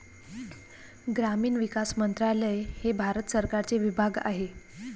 ग्रामीण विकास मंत्रालय हे भारत सरकारचे विभाग आहे